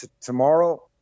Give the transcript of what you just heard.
tomorrow